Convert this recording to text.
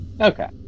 Okay